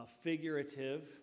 figurative